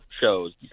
shows